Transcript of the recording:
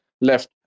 left